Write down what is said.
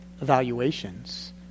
evaluations